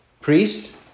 priest